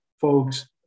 folks